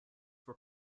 were